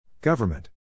Government